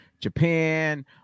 Japan